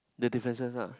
the differences ah